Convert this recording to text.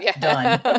Done